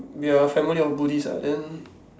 their family all buddhist ah then